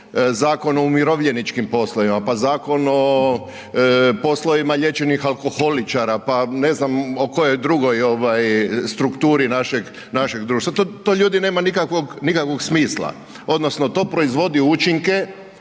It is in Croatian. Zakon o umirovljeničkim poslovima, pa Zakon o poslovima liječenih alkoholičara, pa ne znam o kojoj drugoj strukturi našeg društva. To ljudi, nema nikakvog smisla odnosno to proizvodi učinke